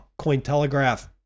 Cointelegraph